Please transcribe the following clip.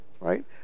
right